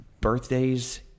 birthdays